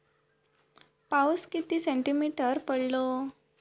पाऊस किती सेंटीमीटर पडलो?